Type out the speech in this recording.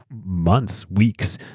months, weeks,